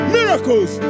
Miracles